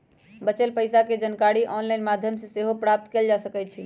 बच्चल पइसा के जानकारी ऑनलाइन माध्यमों से सेहो प्राप्त कएल जा सकैछइ